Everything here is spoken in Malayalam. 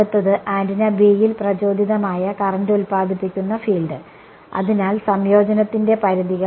അടുത്തത് ആന്റിന B യിൽ പ്രചോദിതമായ കറന്റ് ഉൽപ്പാദിപ്പിക്കുന്ന ഫീൽഡ് അതിനാൽ സംയോജനത്തിന്റെ പരിധികൾ